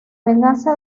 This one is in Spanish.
venganza